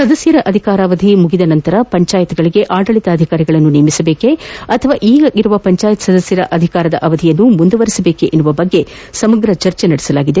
ಸದಸ್ಥರ ಅಧಿಕಾರವಾಧಿ ಮುಗಿದ ಸನಂತರ ಪಂಚಾಯತ್ಗಳಿಗೆ ಆಡಳಿತಾಧಿಕಾರಿಗಳನ್ನು ನೇಮಿಸಬೇಕೆ ಅಥವಾ ಈಗಿರುವ ಪಂಚಾಯತ್ ಸದಸ್ನರ ಅಧಿಕಾರದ ವಧಿಯನ್ನು ಮುಂದುವರೆಸಬೇಕೇ ಎನ್ನುವ ಕುರಿತು ಸಮಗ್ರ ಚರ್ಚೆ ನಡೆಸಲಾಗಿದೆ